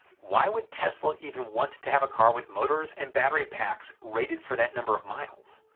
why would tesla even want to have a car with motors and battery packs rated for that number of miles?